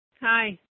Hi